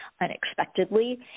unexpectedly